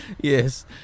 Yes